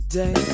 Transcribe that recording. day